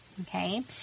okay